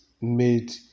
made